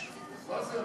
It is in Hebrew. מה זה?